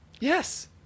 Yes